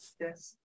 Yes